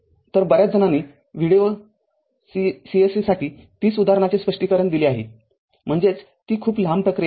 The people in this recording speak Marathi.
तरबऱ्याच जणांनी व्हिडीओ c se साठी ३० उदाहरणाचे स्पष्टीकरण दिले आहेम्हणजेच ती खूप लांब प्रक्रिया आहे